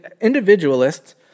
individualists